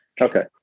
okay